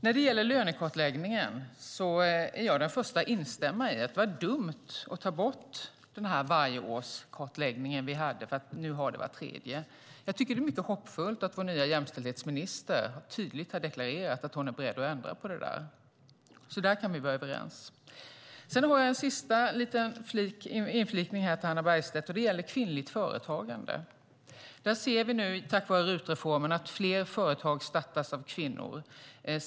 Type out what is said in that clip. När det gäller lönekartläggningen är jag den första att instämma i att det var dumt att ta bort den kartläggning som vi hade varje år för att nu ha den vart tredje år. Jag tycker att det är mycket hoppfullt att vår nya jämställdhetsminister tydligt har deklarerat att hon är beredd att ändra på det, så där kan vi vara överens. Jag ska göra en sista liten inflikning till Hannah Bergstedt, och det gäller kvinnligt företagande. Vi ser nu att tack vare RUT-reformen startas fler företag av kvinnor.